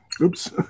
Oops